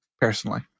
personally